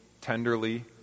tenderly